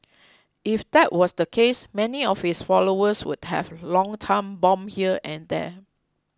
if that was the case many of his followers would have long time bomb here and there